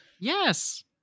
Yes